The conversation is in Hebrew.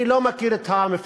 אני לא מכיר את המפעלים,